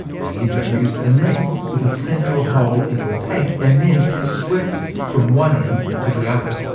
he introduced a net with a central hole into a tank, and then swept it from one end to the other.